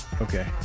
Okay